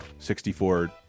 64